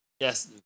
Yes